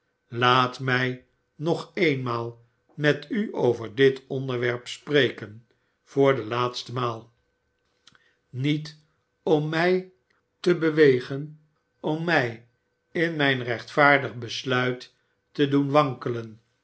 laat mij nog eenmaal met u over dit onderwerp spreken voor de laatste maal niet om mij te bewegen om mij in mijn rechtvaardig besluit te doen wankelen